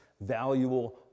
valuable